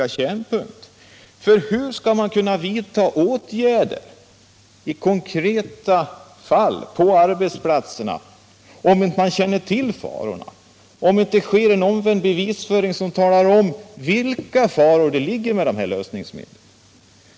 Hur skall man på arbetsplatserna kunna vidta åtgärder i konkreta fall om man inte känner till farorna, om det inte finns en omvänd bevisföring i fråga om vilka faror dessa lösningsmedel innebär?